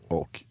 och